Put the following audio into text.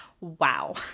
wow